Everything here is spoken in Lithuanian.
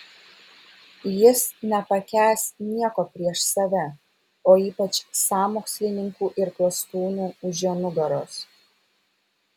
jis nepakęs nieko prieš save o ypač sąmokslininkų ir klastūnų už jo nugaros